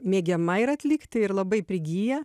mėgiama yra atlikti ir labai prigyja